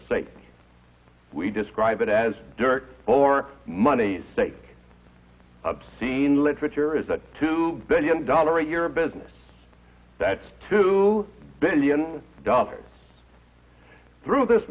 sake we describe it as dirt or money's sake obscene literature is a two billion dollar a year business that's two billion dollars through this